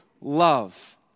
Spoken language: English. love